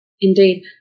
Indeed